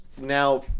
now